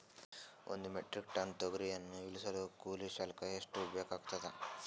ಒಂದು metric tonne ತೊಗರಿಯನ್ನು ಇಳಿಸಲು ಕೂಲಿ ಶುಲ್ಕ ಎಷ್ಟು ಬೇಕಾಗತದಾ?